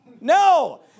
No